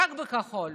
רק בכחול,